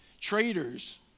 traitors